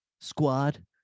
squad